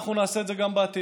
אנחנו נעשה את זה גם בעתיד,